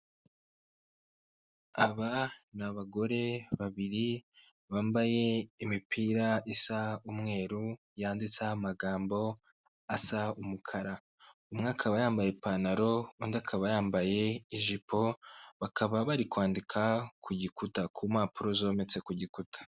Aba ni abagore babiri bambaye imipira isa umweru yanditseho amagambo asa umukara umwe akaba yambaye ipantaro undi akaba yambaye ijipo bakaba bari kwandika ku gikuta ku mpapuro zometse ku gikuta.